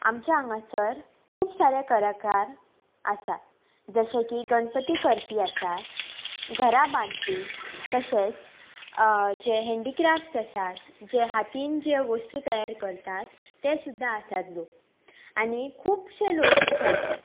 आमच्या हांगासर खूब सारे कलाकार आसात जशे की गणपती करपी आसात घरा बांदपी तशेंच जे हॅन्डिक्राफ्ट्स आसात जे हातीन जे वस्तू तयार करतात ते सुद्दा आसात लोक आनी खुबशे लोक अशे आसात